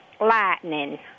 lightning